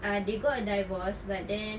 uh they got divorce but then